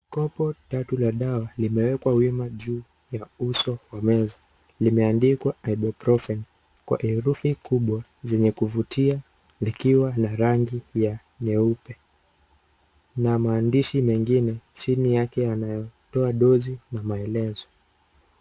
Kopo tatu la dawa limewekwa wima juu ya uso wa meza limeandikwa ibuprophen kwa herufi kubwa zenye kuvutia likiwa na rangi ya nyeupe, na maandishi mengine chini yake yanayotoa dosi na maelezo.